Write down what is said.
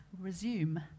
resume